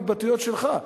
התבטאויות שלך,